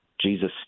Jesus